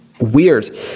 weird